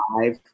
five